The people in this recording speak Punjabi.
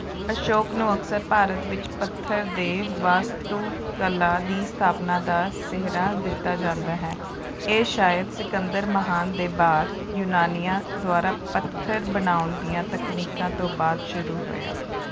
ਅਸ਼ੋਕ ਨੂੰ ਅਕਸਰ ਭਾਰਤ ਵਿੱਚ ਪੱਥਰ ਦੇ ਵਾਸਤੁਕਲਾ ਦੀ ਸਥਾਪਨਾ ਦਾ ਸਿਹਰਾ ਦਿੱਤਾ ਜਾਂਦਾ ਹੈ ਇਹ ਸ਼ਾਇਦ ਸਿਕੰਦਰ ਮਹਾਨ ਦੇ ਬਾਅਦ ਯੂਨਾਨੀਆਂ ਦੁਆਰਾ ਪੱਥਰ ਬਣਾਉਣ ਦੀਆਂ ਤਕਨੀਕਾਂ ਤੋਂ ਬਾਅਦ ਸ਼ੁਰੂ ਹੋਇਆ